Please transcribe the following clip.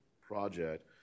project